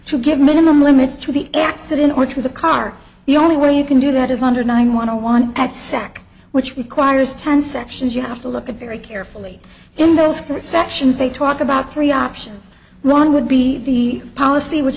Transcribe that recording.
to give minimum limits to the accident or to the car the only way you can do that is under nine want to one at sac which requires ten sections you have to look at very carefully in those three sections they talk about three options one would be the policy which